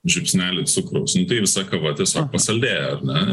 žiupsnelį cukraus visa kava tiesiog pasaldėja ar ne